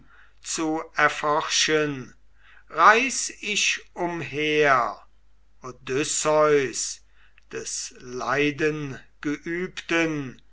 zu erforschen reis ich umher odysseus des leidengeübten